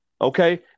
Okay